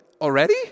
already